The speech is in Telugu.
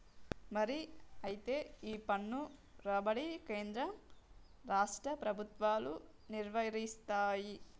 మరి అయితే ఈ పన్ను రాబడి కేంద్ర రాష్ట్ర ప్రభుత్వాలు నిర్వరిస్తాయి